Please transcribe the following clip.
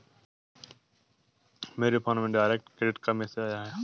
मेरे फोन में direct credit का मैसेज आया है